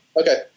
Okay